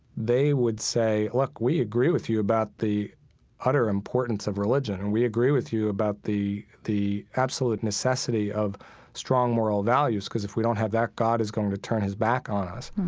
they would say, look, we agree with you about the utter importance of religion. and we agree with you about the the absolute necessity of strong moral values, because if we don't have that, god is going to turn his back on us.